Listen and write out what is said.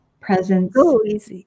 Presence